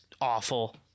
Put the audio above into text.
awful